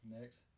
Next